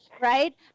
right